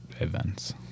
events